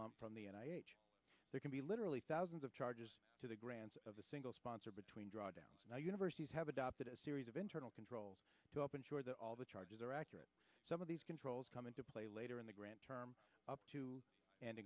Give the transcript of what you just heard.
lump on the end there can be literally thousands of charges to the grants of a single sponsor between drawdowns universities have adopted a series of internal controls to help ensure that all the charges are accurate some of these controls come into play later in the grant term up to and